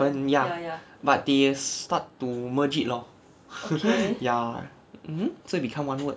ya but they start to merge it lor ya mmhmm so it become one word